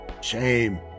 Shame